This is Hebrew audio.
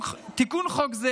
תיקון חוק זה